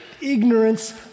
Ignorance